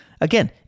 again